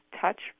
touch